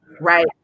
right